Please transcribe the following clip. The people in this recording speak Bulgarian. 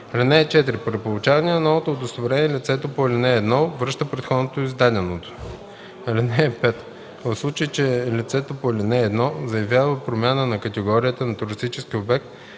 (4) При получаване на новото удостоверение лицето по ал. 1 връща предходно издаденото. (5) В случай че лицето по ал. 1 заяви промяна на категорията на туристическия обект